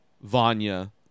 Vanya